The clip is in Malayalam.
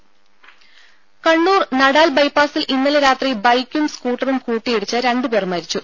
രും കണ്ണൂർ നടാൽ ബൈപ്പാസിൽ ഇന്നലെ രാത്രി ബൈക്കും സ്കൂട്ടറും കൂട്ടിയിടിച്ച് രണ്ട് പേർ മരിച്ചു